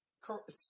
Correct